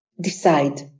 decide